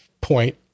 point